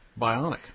Bionic